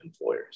employers